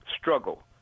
struggle